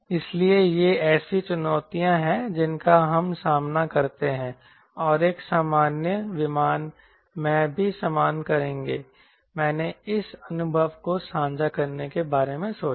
इसलिए ये ऐसी चुनौतियां हैं जिनका हम सामना करते हैं और एक सामान्य विमान मैं भी सामना करेंगे मैंने इस अनुभव को साझा करने के बारे में सोचा